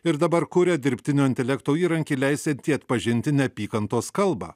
ir dabar kuria dirbtinio intelekto įrankį leisiantį atpažinti neapykantos kalbą